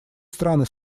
страны